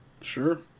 Sure